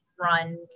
run